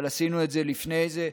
אבל עשינו את זה לפני זה.